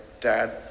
dad